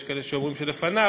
יש כאלה שאומרים שלפניו,